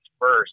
first